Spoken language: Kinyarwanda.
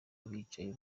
bicaye